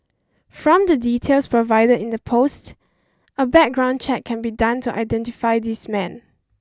from the details provided in the post a background check can be done to identify this man